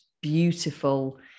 beautiful